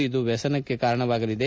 ಇದು ವ್ಯಸನಕ್ಕೆ ಕಾರಣವಾಗಲಿದೆ